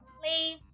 Play